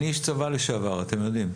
אני איש צבא לשעבר אתם יודעים.